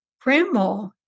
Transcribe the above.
Grandma